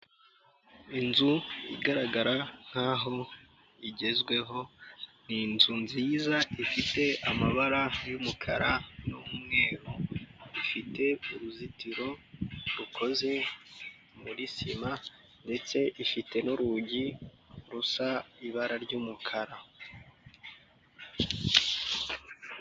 Inzu igaragara nkaho igezweho ni inzu nziza ifite amabara y'umukara n'umweru ifite uruzitiro rukoze muri sima ndetse ifite n'urugi rusa ibara ry'umukara.